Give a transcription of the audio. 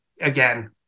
again